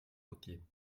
côtiers